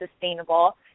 sustainable